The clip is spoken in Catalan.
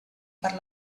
per